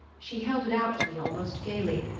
she held it out to me almost gaily,